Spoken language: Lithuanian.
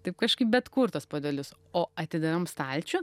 taip kažkaip bet kur tuos puodelius o atidavėm stalčių